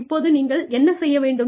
இப்போது நீங்கள் என்ன செய்ய வேண்டும்